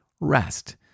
rest